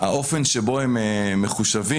האופן שבו הם מחושבים,